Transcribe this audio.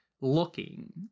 looking